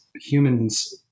humans